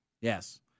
Yes